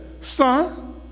son